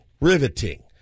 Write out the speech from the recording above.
Riveting